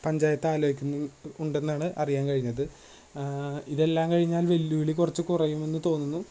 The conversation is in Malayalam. പഞ്ചായത്താലോചിക്കുണ്ടെന്നാണ് അറിയാന് കഴിഞ്ഞത് ഇതെല്ലാം കഴിഞ്ഞാല് വെല്ലുവിളി കുറച്ച് കുറയുമെന്ന് തോന്നുന്നു